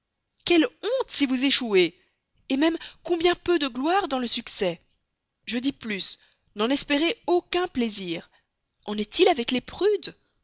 quelle honte si vous échouez même combien peu de gloire dans le succès je dis plus n'en espérez aucun plaisir en est-il avec les prudes